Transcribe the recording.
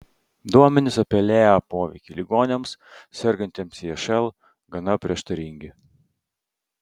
duomenys apie lea poveikį ligoniams sergantiems išl gana prieštaringi